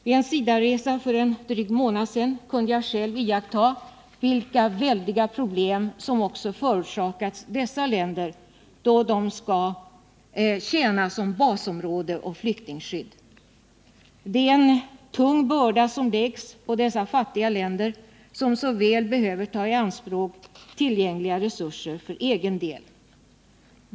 Vid en SIDA-resa för drygt en månad sedan kunde jag själv iaktta de väldiga problem som förorsakats dessa länder som skall tjäna som basområde och som flyktingskydd. Det är en tung börda som läggs på dessa fattiga länder som så väl behöver använda de tillgängliga resurserna för egen del.